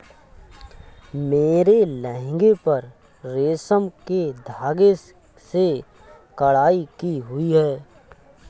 मेरे लहंगे पर रेशम के धागे से कढ़ाई की हुई है